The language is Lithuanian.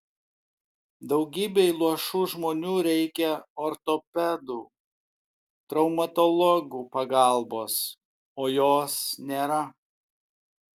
daugybei luošų žmonių reikia ortopedų traumatologų pagalbos o jos nėra